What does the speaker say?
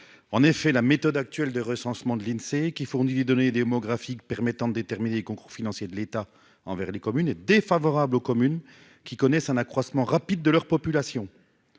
En effet la méthode actuelle de recensement de l'Insee qui fournit les données démographiques permettant de déterminer concours financier de l'État envers les communes et défavorable aux communes qui connaissent un accroissement rapide de leur population.